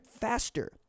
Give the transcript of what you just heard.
faster